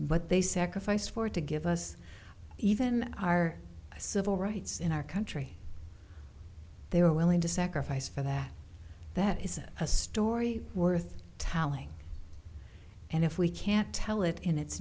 what they sacrificed for to give us even our civil rights in our country they are willing to sacrifice for that that isn't a story worth telling and if we can't tell it in it